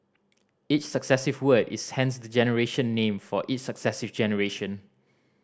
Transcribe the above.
each successive word is hence the generation name for each successive generation